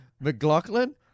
McLaughlin